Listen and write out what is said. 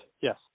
Yes